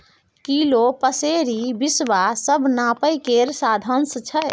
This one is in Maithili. किलो, पसेरी, बिसवा सब नापय केर साधंश छै